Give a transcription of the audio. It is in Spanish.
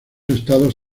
estados